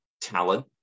talent